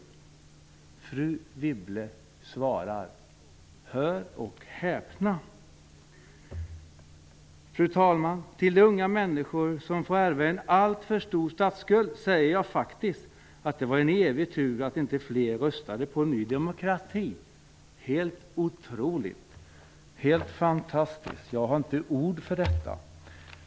Fru Wibble svarade: ''Fru talman! Till de unga människor som får ärva en alltför stor statsskuld säger jag faktiskt att det var en evig tur att inte fler röstade på Ny demokrati.'' Hör och häpna! Detta är helt otroligt. Jag har inte ord för att beskriva det.